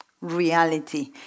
reality